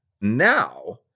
Now